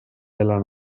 della